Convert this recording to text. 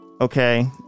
Okay